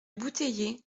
bouteiller